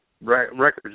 records